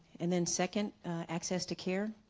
and then second access to care.